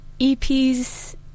EP's